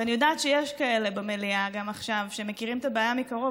ואני יודעת שיש גם עכשיו כאלה במליאה שמכירים את הבעיה מקרוב,